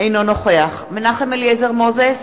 אינו נוכח מנחם אליעזר מוזס,